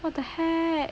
what the heck